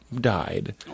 died